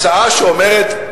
הצעה שאומרת,